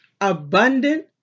Abundant